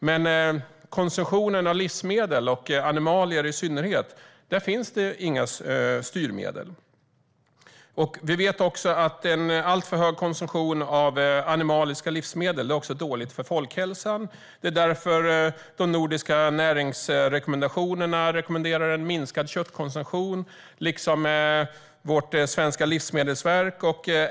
Men för konsumtionen av livsmedel, och animalier i synnerhet, finns inga styrmedel. Vi vet också att en alltför stor konsumtion av animaliska livsmedel är dåligt för folkhälsan. Det är därför man i de nordiska näringsrekommendationerna förordar en minskad köttkonsumtion. Detsamma gör vårt svenska livsmedelsverk.